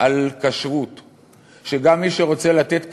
של כשרות, שגם מי שרוצה לתת כשרות,